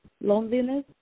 loneliness